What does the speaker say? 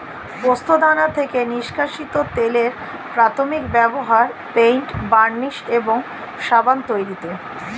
পোস্তদানা থেকে নিষ্কাশিত তেলের প্রাথমিক ব্যবহার পেইন্ট, বার্নিশ এবং সাবান তৈরিতে